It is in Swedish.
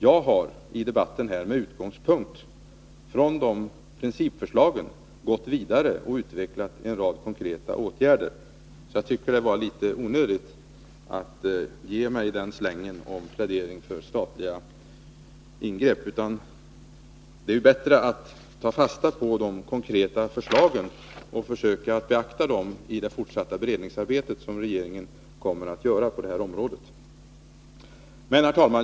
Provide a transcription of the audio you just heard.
Jag har i dagens debatt med utgångspunkt i gruppens principförslag utvecklat en rad idéer till konkreta åtgärder. Jag tycker att det var litet onödigt att ge mig slängen om att det skulle vara en plädering för statliga ingrepp. Det är bättre att ta fasta på de konkreta förslagen och att försöka beakta dem i det fortsatta beredningsarbetet, såsom regeringen också kommer att göra på detta område. Herr talman!